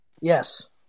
Yes